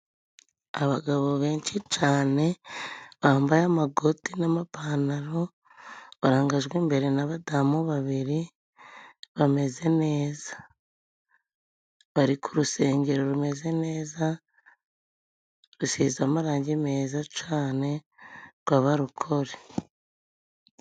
Abagabo benshi cane bambaye amagoti n'amapantaro barangajwe imbere n badamu babiri, bameze neza. Bari ku rusengero rumeze neza rusize amarangi meza cane rw'abarokore